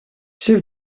все